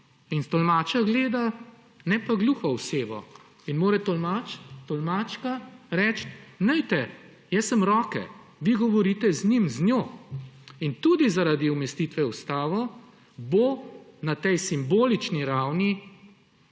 in tolmača gleda, ne pa gluho osebo in mora tolmač, tolmačka reči, glejte, jaz sem roke, vi govorite z njim, z njo. Tudi zaradi umestitve v ustavo bo na tej simbolični ravni